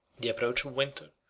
the approach of winter,